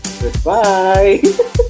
Goodbye